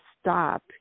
stop